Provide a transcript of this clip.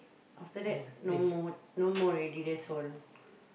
after that no more no more already that's all